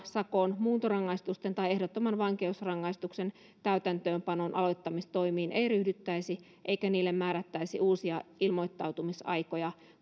sakon muuntorangaistuksen tai ehdottoman vankeusrangaistuksen täytäntöönpanon aloittamistoimiin ei ryhdyttäisi eikä niille määrättäisi uusia ilmoittautumisaikoja